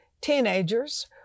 teenagers